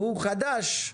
והוא חדש,